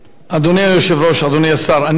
אני מסכים אתך לחלוטין